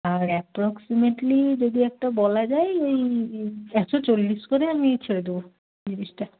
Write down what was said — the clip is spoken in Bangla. আর অ্যাপ্রক্সিমেটলি যদি একটা বলা যায় ওই একশো চল্লিশ করে আমি ছেড়ে দেবো জিনিসটা